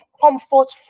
comfort